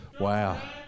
Wow